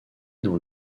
dans